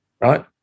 right